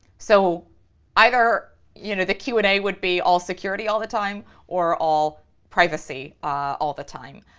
so either you know the q and a would be all security all the time or all privacy all the time.